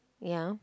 ya